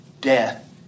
death